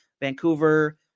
Vancouver